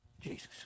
Jesus